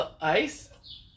ice